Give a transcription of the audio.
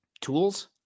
tools